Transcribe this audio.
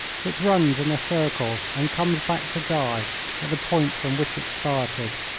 which runs in a circle and comes back to die at the point from which it started.